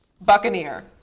buccaneer